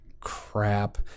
crap